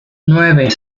nueve